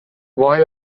وای